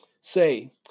Say